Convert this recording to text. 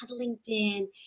LinkedIn